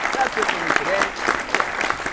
that's it for me today. see you next time!